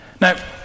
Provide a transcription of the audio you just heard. Now